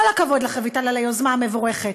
כל הכבוד לך, רויטל, על היוזמה המבורכת.